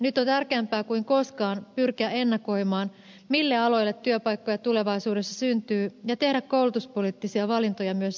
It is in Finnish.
nyt on tärkeämpää kuin koskaan pyrkiä ennakoimaan mille aloille työpaikkoja tulevaisuudessa syntyy ja tekemään koulutuspoliittisia valintoja myös sen mukaan